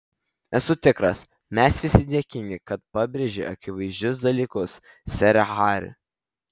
esu tikras mes visi dėkingi kad pabrėži akivaizdžius dalykus sere hari